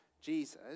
Jesus